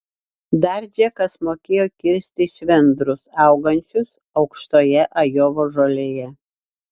dar džekas mokėjo kirsti švendrus augančius aukštoje ajovos žolėje